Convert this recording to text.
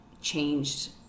changed